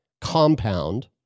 compound